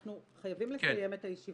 אנחנו חייבים לסיים את הישיבה.